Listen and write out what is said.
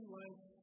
life